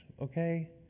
okay